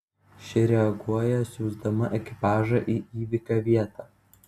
ši reaguoja siųsdama ekipažą į įvykio vietą